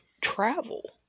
travel